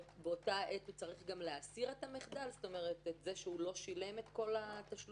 באותה עת הוא צריך גם להסיר את המחדל שהוא לא שילם את כל התשלומים,